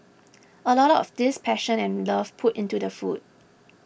a lot of this passion and love put into the food